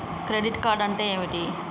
Credit card అంటే ఏమిటి?